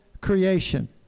creation